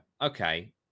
okay